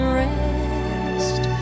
rest